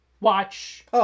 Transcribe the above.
watch